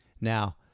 Now